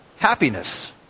happiness